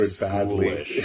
badly